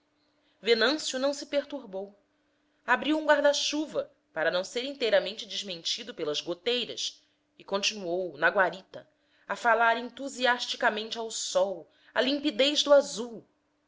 venâncio não se perturbou abriu um guarda-chuva para não ser inteiramente desmentido pelas goteiras e continuou na guarita a falar entusiasticamente ao sol a limpidez do azul